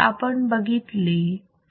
तर आपण बघितले